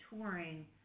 touring